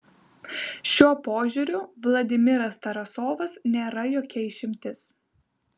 šiuo požiūriu vladimiras tarasovas nėra jokia išimtis